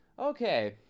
Okay